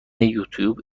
یوتوب